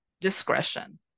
discretion